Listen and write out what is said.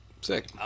Sick